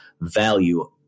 value